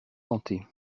santé